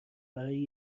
برای